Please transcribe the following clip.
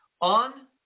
on